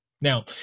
Now